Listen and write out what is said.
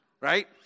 Right